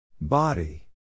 Body